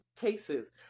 cases